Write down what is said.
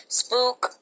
spook